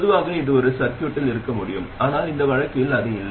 பொதுவாக இது ஒரு சர்கியூட்டில் இருக்க முடியும் ஆனால் இந்த வழக்கில் அது இல்லை